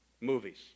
movies